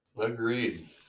Agreed